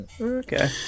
Okay